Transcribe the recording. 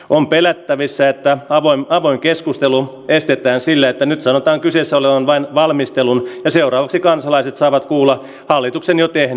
on pelättävissä että avoimen avoin keskustelu estetään sille että nyt sanotaan kyseessä on vain valmistelun ja seuraavaksi kansalaiset saavat kuulla alituksen jälkeen